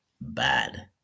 bad